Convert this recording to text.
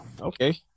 Okay